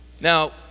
Now